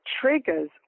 triggers